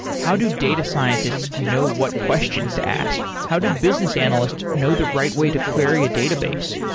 how do data scientists know what questions to ask? how do business analysts know the right way to query a database?